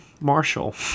Marshall